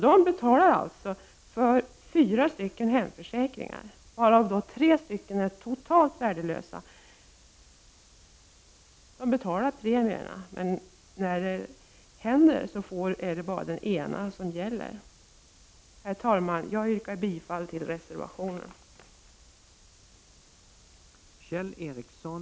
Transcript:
De betalar alltså för fyra hemförsäkringar, varav tre är totalt värdelösa. De betalar premierna, men när en skada inträffar är det bara en av försäkringarna som gäller. Herr talman! Jag yrkar bifall till reservationen.